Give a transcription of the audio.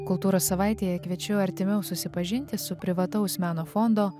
kultūros savaitėje kviečiu artimiau susipažinti su privataus meno fondo